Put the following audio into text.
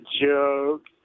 joke